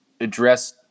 address